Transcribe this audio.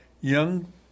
young